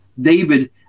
David